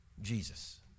Jesus